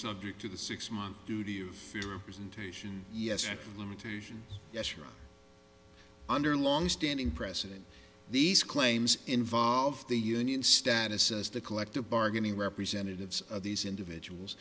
subject to the six month duty of fear of presentation yes and limitation yes or under longstanding precedent these claims involve the union status as the collective bargaining representatives of these individuals